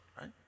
Right